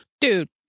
Dude